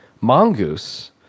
Mongoose